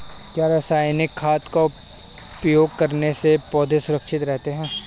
क्या रसायनिक खाद का उपयोग करने से पौधे सुरक्षित रहते हैं?